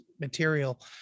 material